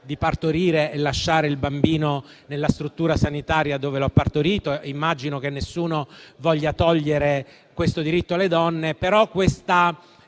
partorire e di lasciare il bambino nella struttura sanitaria dove lo ha partorito. Immagino che nessuno voglia togliere questo diritto alle donne. Io